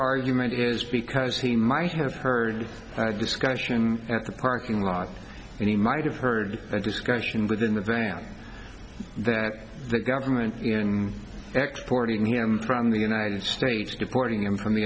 argument is because he might have heard my discussion at the parking lot and he might have heard a discussion within the van that the government exporting him from the united states if courting him from the